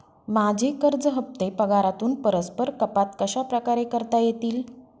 माझे कर्ज हफ्ते पगारातून परस्पर कपात कशाप्रकारे करता येतील?